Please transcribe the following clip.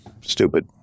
Stupid